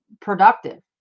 productive